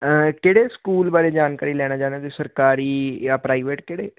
ਕਿਹੜੇ ਸਕੂਲ ਬਾਰੇ ਜਾਣਕਾਰੀ ਲੈਣਾ ਚਾਹੁੰਦੇ ਹੋ ਤੇ ਸਰਕਾਰੀ ਜਾਂ ਪ੍ਰਾਈਵੇਟ ਕਿਹੜੇ